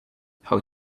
how